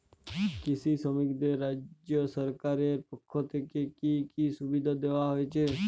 কৃষি শ্রমিকদের রাজ্য সরকারের পক্ষ থেকে কি কি সুবিধা দেওয়া হয়েছে?